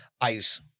ICE